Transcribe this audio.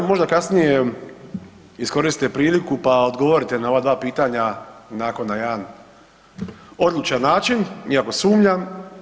Možda kasnije iskoristite priliku pa odgovorite na ova dva pitanja onako na jedan odlučan način, iako sumnjam.